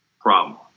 problem